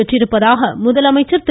பெற்றிருப்பதாக முதலமைச்சா் திரு